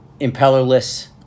impellerless